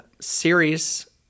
series